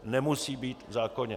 Nemusí být v zákoně.